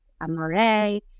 amore